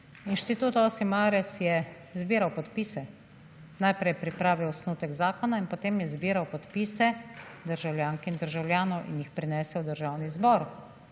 Inštitut 8. marec je zbiral podpise. Najprej je pripravil osnutek zakona in potem je zbiral podpise državljank in državljanov in jih prinesel v Državni zbor.